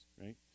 right